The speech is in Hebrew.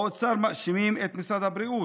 באוצר מאשימים את משרד הבריאות.